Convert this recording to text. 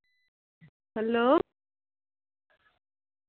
hello